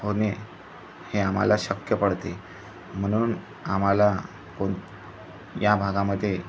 होणे हे आम्हाला शक्य पडते म्हणून आम्हाला कोण या भागामध्ये